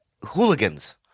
hooligans